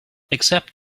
except